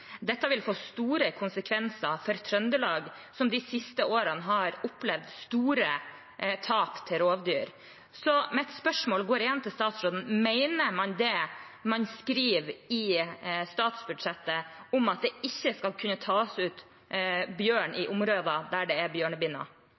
Dette vil få store konsekvenser for Trøndelag, som de siste årene har opplevd store tap til rovdyr. Mitt spørsmål går igjen til statsråden: Mener man det man skriver i statsbudsjettet om at det ikke skal kunne tas ut bjørn i